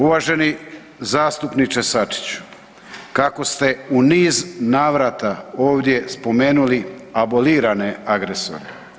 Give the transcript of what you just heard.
Uvaženi zastupniče Sačiću, kako ste u niz navrata ovdje spomenuli abolirane agresore.